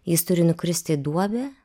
jis turi nukristi į duobę